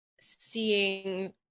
Seeing